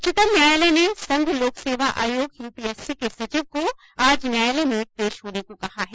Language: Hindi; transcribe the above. उच्चतम न्यायालय ने संघ लोक सेवा आयोग यूपीएससी के सचिव को आज न्यायालय में पेश होने को कहा है